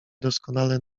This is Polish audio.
doskonale